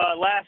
last